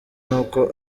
n’uko